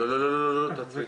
לא, לא, לא, תעצרי,